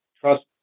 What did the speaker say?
trust